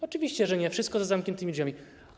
Oczywiście, że nie, wszystko za zamkniętymi drzwiami.